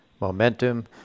Momentum